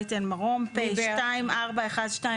מיכל רוזין, פ/2336/24.